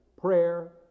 prayer